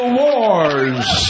wars